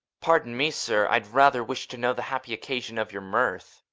pardon me, sir, i rather wished to know the happy occasion of your mirth.